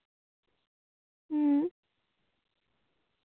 ᱦᱮᱸ